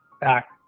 back